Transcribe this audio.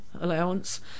allowance